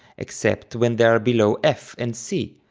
except when they are below f and c,